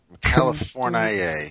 California